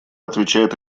отвечает